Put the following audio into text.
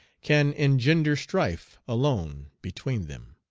can engender strife alone between them.